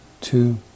two